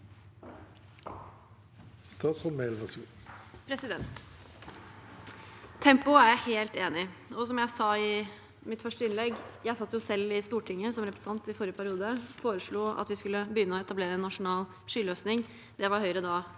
gjelder tempo, er jeg helt enig. Som jeg sa i mitt første innlegg, satt jeg selv i Stortinget som representant i forrige periode og foreslo at vi skulle begynne å etablere en nasjonal skyløsning. Det var Høyre da